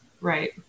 Right